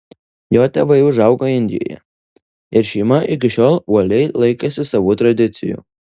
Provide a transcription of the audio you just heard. jo tėvai užaugo indijoje ir šeima iki šiol uoliai laikėsi savų tradicijų